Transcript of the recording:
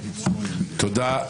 תודה.